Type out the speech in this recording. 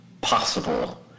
possible